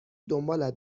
دنبالت